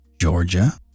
georgia